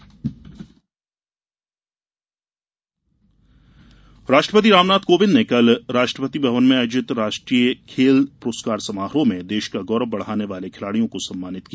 राष्ट्रपति राष्ट्रपति रामनाथ कोविंद ने कल राष्ट्रपति भवन में आयोजित राष्ट्रीय खेल प्रस्कार समारोह में देश का गौरव बढ़ाने वाले खिलाड़ियों को सम्मानित किया